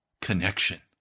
connection